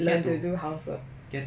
plan to do house work